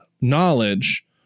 knowledge